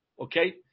okay